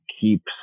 keeps